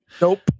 Nope